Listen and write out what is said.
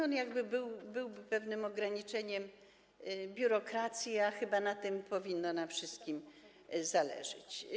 On byłby pewnym ograniczeniem biurokracji, a chyba na tym powinno nam wszystkim zależeć.